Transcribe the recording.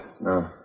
No